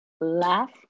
laugh